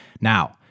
Now